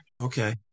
Okay